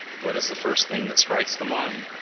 what is the first thing that strikes the mind?